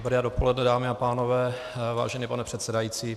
Dobré dopoledne, dámy a pánové, vážený pane předsedající.